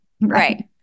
right